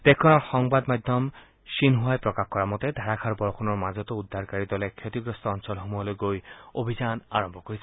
দেশখনৰ সংবাদ মাধ্যম শ্বিনহুৱাই প্ৰকাশ কৰা মতে ধাৰাষাৰ বৰষুণৰ মাজতো উদ্ধাৰকাৰী দলে ক্ষতিগ্ৰস্ত অঞ্চলসমূহলৈ গৈ অভিযান আৰম্ভ কৰিছে